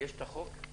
יש החוק.